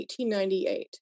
1898